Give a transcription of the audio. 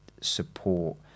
support